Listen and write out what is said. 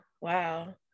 Wow